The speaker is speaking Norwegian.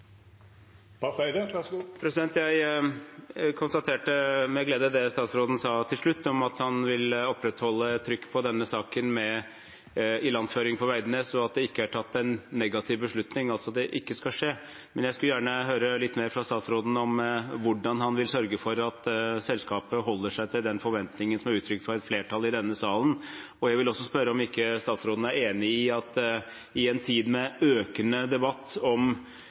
statsråden sa til slutt om at han ville opprettholde trykk på denne saken med ilandføring på Veidnes, og at det ikke er tatt en negativ beslutning, altså at det ikke skal skje. Men jeg skulle gjerne hørt litt mer fra statsråden om hvordan han vil sørge for at selskapet holder seg til den forventningen som er uttrykt fra et flertall i denne salen. Jeg vil også spørre om ikke statsråden er enig i at i en tid med økende debatt om